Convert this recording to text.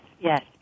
yes